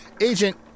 Agent